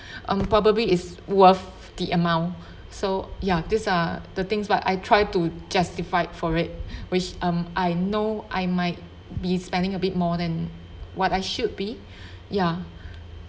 um probably it's worth the amount so ya these are the things but I try to justify for it which um I know I might be spending a bit more than what I should be ya